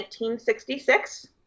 1966